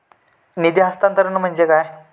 निधी हस्तांतरण म्हणजे काय?